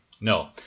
no